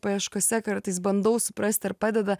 paieškose kartais bandau suprasti ar padeda